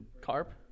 Carp